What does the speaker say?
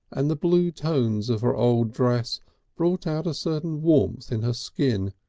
and the blue tones of her old dress brought out a certain warmth in her skin,